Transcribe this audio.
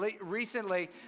recently